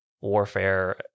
warfare